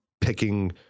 picking